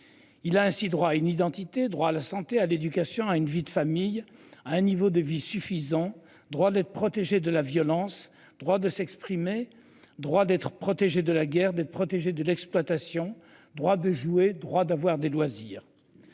Il a ainsi droit à une identité droit à la santé à l'éducation à une vie de famille à un niveau de vie suffisant droit d'être protégé de la violence. Droit de s'exprimer. Droit d'être protégé de la guerre d'être protégé de l'exploitation droit de jouer. Droit d'avoir des loisirs.